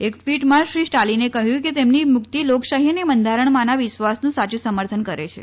એક ટ્વીટમાં શ્રી સ્ટાલિને કહ્યું છે કે તેમની મુક્તિ લોકશાહી અને બંધારણમાના વિશ્વાસનું સાયું સમર્થન કરે છે